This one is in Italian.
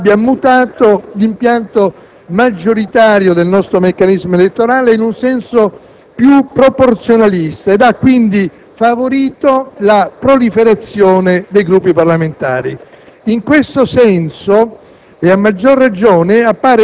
del 2006 abbia mutato l'impianto maggioritario del nostro meccanismo elettorale in senso più proporzionalista, favorendo quindi la proliferazione dei Gruppi parlamentari. In questo senso